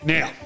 Now